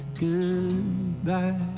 goodbye